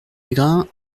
mégrin